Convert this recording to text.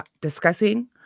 discussing